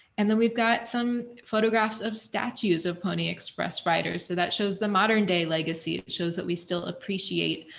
and then we've got some photographs of statues of pony express writers. so that shows the modern-day legacy. it shows that we still appreciate